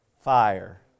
Fire